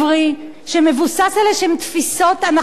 שמבוסס על איזה תפיסות אנכרוניסטיות,